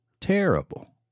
Terrible